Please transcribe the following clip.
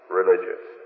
religious